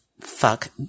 fuck